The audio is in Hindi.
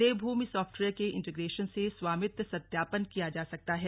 देवभूमि सॉफ्टवेयर के इंटीग्रेशन से स्वामित्व सत्यापन किया जा सकता है